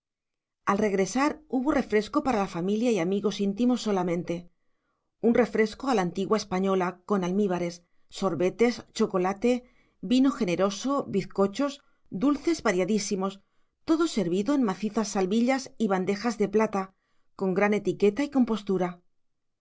al regresar hubo refresco para la familia y amigos íntimos solamente un refresco a la antigua española con almíbares sorbetes chocolate vino generoso bizcochos dulces variadísimos todo servido en macizas salvillas y bandejas de plata con gran etiqueta y compostura